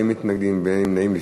בעד, 9, אין מתנגדים ואין נמנעים.